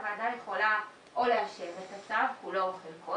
הוועדה יכולה לאשר את הצו כולו או חלקו.